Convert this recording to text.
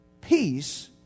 peace